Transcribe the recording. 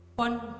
One